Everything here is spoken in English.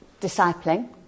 discipling